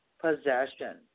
possession